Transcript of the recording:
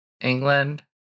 England